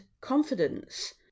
confidence